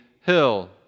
hill